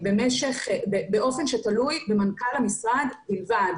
באופן שתלוי במנכ"ל המשרד בלבד.